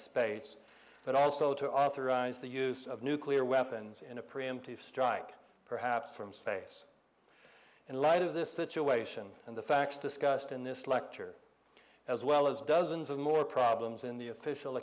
space but also to authorize the use of nuclear weapons in a preemptive strike perhaps from space in light of this situation and the facts discussed in this lecture as well as dozens of more problems in the official